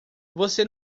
você